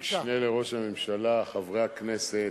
המשנה לראש הממשלה, חברי הכנסת,